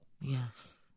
Yes